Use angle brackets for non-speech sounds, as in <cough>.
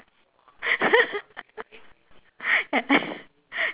<laughs>